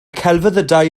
celfyddydau